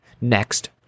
Next